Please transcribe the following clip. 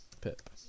Pip